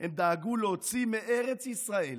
הם דאגו להוציא מארץ ישראל